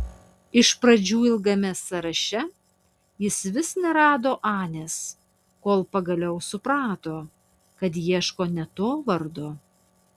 iš pradžių ilgame sąraše jis vis nerado anės kol pagaliau suprato kad ieško ne to vardo